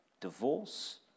divorce